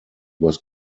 was